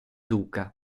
duca